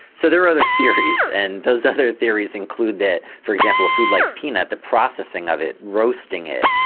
so there are other theories and those other theories include that for example a food like peanut the processing of it, roasting it,